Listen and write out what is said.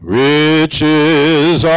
riches